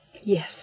Yes